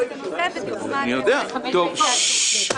את הנושא ותראו מה ההבדל בין 15 ל-20.